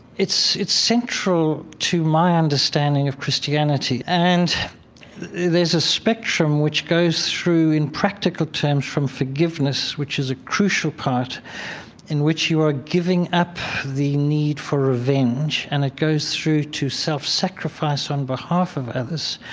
it's it's central to my understanding of christianity, and there's a spectrum which goes through in practical terms from forgiveness, which is a crucial part in which you are giving up the need for revenge. and it goes through to self-sacrifice on behalf of others,